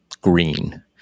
green